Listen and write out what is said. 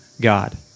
God